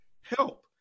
help